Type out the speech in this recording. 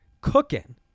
cooking